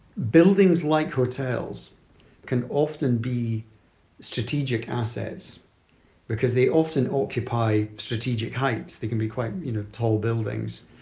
buildings like hotels can often be strategic assets because they often occupy strategic heights. they can be quite you know tall buildings,